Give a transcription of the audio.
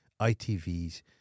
ITVs